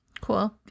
Cool